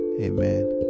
Amen